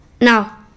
now